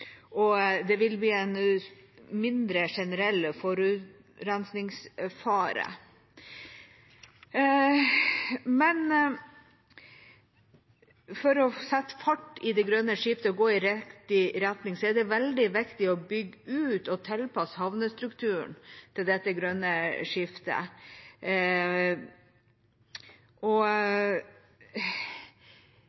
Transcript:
og det vil bli en mindre generell forurensningsfare. For å sette fart i det grønne skiftet og gå i riktig retning er det veldig viktig å bygge ut og tilpasse havnestrukturen til dette grønne skiftet.